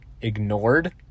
ignored